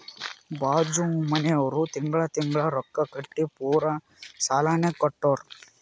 ಬಾಜು ಮನ್ಯಾವ್ರು ತಿಂಗಳಾ ತಿಂಗಳಾ ರೊಕ್ಕಾ ಕಟ್ಟಿ ಪೂರಾ ಸಾಲಾನೇ ಕಟ್ಟುರ್